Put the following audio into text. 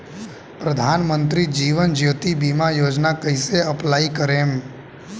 प्रधानमंत्री जीवन ज्योति बीमा योजना कैसे अप्लाई करेम?